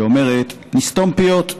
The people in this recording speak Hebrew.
שאומרת: נסתום פיות,